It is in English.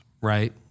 right